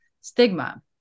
stigma